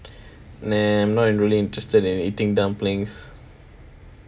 nah I am not in~ really interested in eating dumplings